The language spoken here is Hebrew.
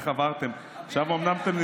איך עברתם,